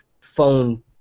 phone